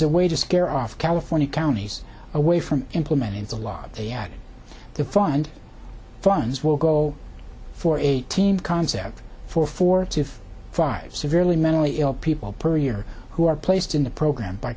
a way to scare off california counties away from implementing the law they are defined funds will go for eighteen concept for four to five severely mentally ill people per year who are placed in the program by